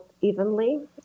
evenly